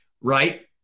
right